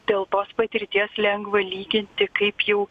dėl tos patirties lengva lyginti kaip jau